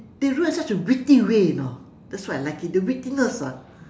they wrote it in such a witty way you know that's why I like it the wittiness ah